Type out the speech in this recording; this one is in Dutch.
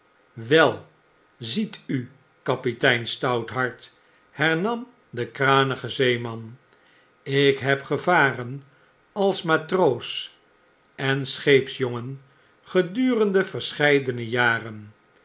wel ziet u kapitein stouthart hernam de kranige zeeman ik heb gevaren als matroos en scbeepsjongen gedurende verscheidene jaren